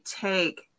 take